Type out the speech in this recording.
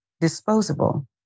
disposable